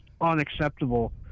unacceptable